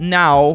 now